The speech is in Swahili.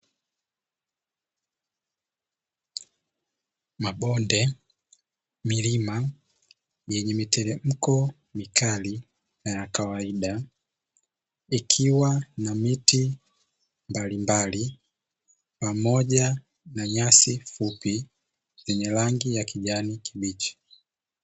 Mabonde, milima yenye miteremko mikali na ya kawaida ikiwa na miti mbalimbali pamoja na nyasi fupi, yenye rangi ya kijani kibichi.